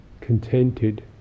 contented